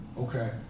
okay